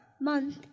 month